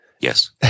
Yes